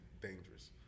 dangerous